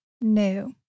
new